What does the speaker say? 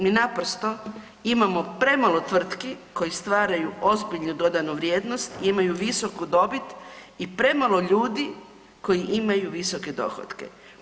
Mi naprosto imamo premalo tvrtki koje stvaraju ozbiljnu dodanu vrijednost i imaju visoku dobit i premalo ljudi koji imaju visoke dohotke.